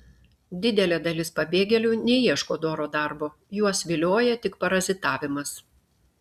didelė dalis pabėgėlių neieško doro darbo juos vilioja tik parazitavimas